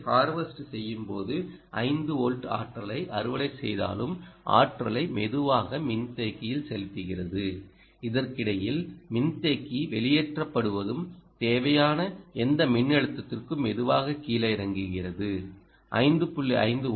எனவே ஹார்வெஸ்ட் செய்யும் போது 5 வோல்ட் ஆற்றலை அறுவடை செய்தாலும் ஆற்றலை மெதுவாக மின்தேக்கியில் செலுத்துகிறது இதற்கிடையில் மின்தேக்கி வெளியேற்றப்படுவதும் தேவையான எந்த மின்னழுத்தத்திற்கும் மெதுவாக கீழே இறங்குகிறது 5